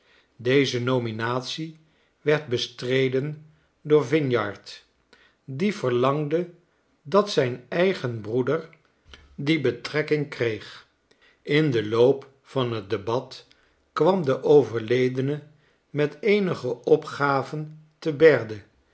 deze nominatie werd bestreden door yinyard die verlangde dat zijn eigen broeder die betrekking kreeg in den loop van t debat kwam de overledene met eenige opgaven te berde